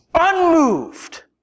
unmoved